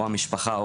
או המשפחה,